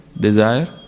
desire